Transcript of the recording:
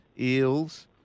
Eels